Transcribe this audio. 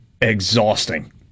exhausting